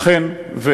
אכן,